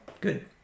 good